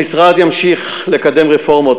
המשרד ימשיך לקדם רפורמות,